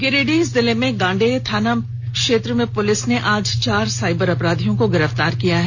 गिरिडीह जिले में गांडेय थाना पुलिस ने आज चार साइबर अपराधियों को गिरफ्तार किया है